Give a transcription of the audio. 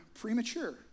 premature